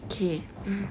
okay